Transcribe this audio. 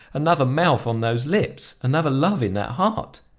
another mouth on those lips, another love in that heart!